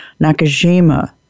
Nakajima